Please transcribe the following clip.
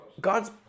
God's